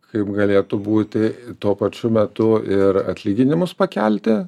kaip galėtų būti tuo pačiu metu ir atlyginimus pakelti